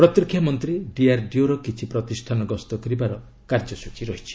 ପ୍ରତିରକ୍ଷା ମନ୍ତ୍ରୀ ଡିଆର୍ଡିଓର କିଛି ପ୍ରତିଷ୍ଠାନ ଗସ୍ତ କରିବାର କାର୍ଯ୍ୟସଚୀ ରହିଛି